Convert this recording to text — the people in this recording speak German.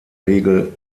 regel